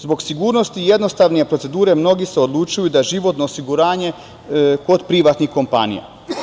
Zbog sigurnosti i jednostavnije procedure mnogi se odlučuju za životno osiguranje kod privatnih kompanija.